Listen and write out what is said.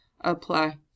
apply